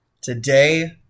Today